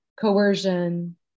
coercion